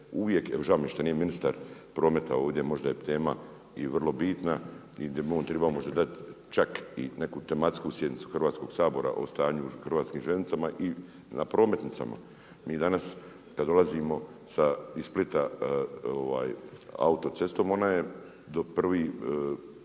uvijek, jer žao mi je što nije ministar prometa ovdje možda je tema i vrlo bitna i di triba možda dat čak i neku tematsku sjednicu Sabora o tanju u Hrvatskim željeznicama i na prometnicama. Mi danas kad dolazimo iz Splita autocestom ona je od Splita